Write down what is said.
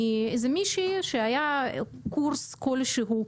שעבר מאיזו מישהי שהייתה בקורס כלשהו,